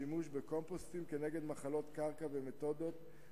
שימוש בקומפוסטים כנגד מחלות קרקע ונמטודות,